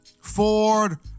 Ford